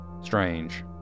strange